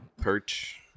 Perch